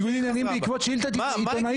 ניגוד עניינים בעקבות שאילתה עיתונאית.